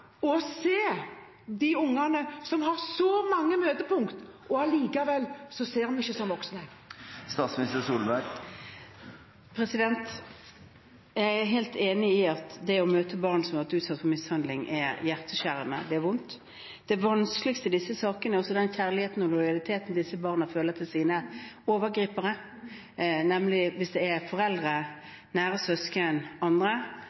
og se de ungene som har så mange møtepunkt, når vi som voksne allikevel ikke ser dem? Jeg er helt enig i at det å møte barn som har vært utsatt for mishandling, er hjerteskjærende – det er vondt. Det vanskeligste i disse sakene er den kjærligheten og lojaliteten som disse barna føler for sine overgripere – hvis det er foreldre, nære søsken eller andre,